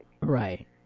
Right